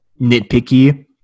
nitpicky